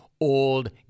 Old